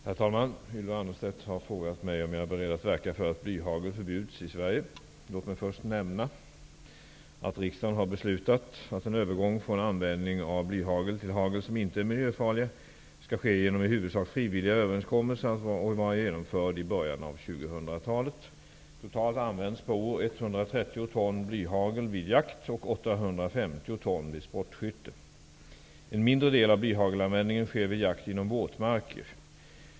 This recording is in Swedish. Herr talman! Ylva Annerstedt har frågat mig om jag är beredd att verka för att blyhagel förbjuds i Låt mig först nämna att riksdagen har beslutat 2000-talet. Totalt används per år 130 ton blyhagel vid jakt och 850 ton vid sportskytte. En mindre del av blyhagelanvändningen sker vid jakt inom våtmarker.